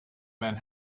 men